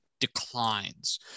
declines